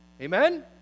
Amen